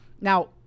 Now